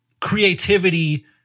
creativity